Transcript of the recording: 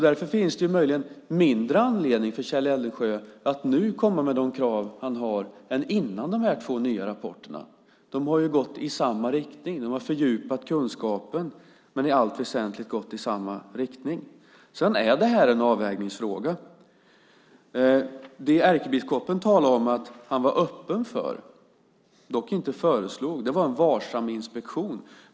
Därför finns det möjligen nu mindre anledning för Kjell Eldensjö att komma med sina krav än före de här två nya rapporterna. De har ju gått i samma riktning. De har fördjupat kunskapen, men i allt väsentligt gått i samma riktning. Det är en avvägningsfråga. Det ärkebiskopen talade om att han är öppen för - dock inte föreslog - var en varsam inspektion.